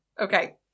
Okay